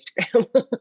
Instagram